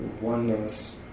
oneness